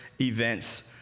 events